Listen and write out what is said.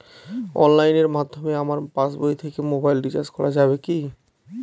অনলাইনের মাধ্যমে আমার পাসবই থেকে মোবাইল রিচার্জ করা যাবে কি?